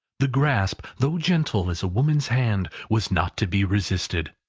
the grasp, though gentle as a woman's hand, was not to be resisted.